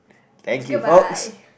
thank you folks